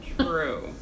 True